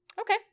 Okay